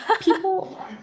people